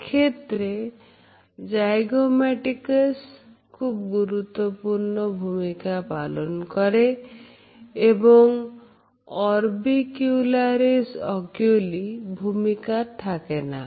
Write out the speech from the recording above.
এক্ষেত্রে zygomaticus খুব গুরুত্বপূর্ণ ভূমিকা পালন করে এবং orbicularis oculi ভূমিকা থাকে না